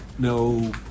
No